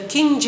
King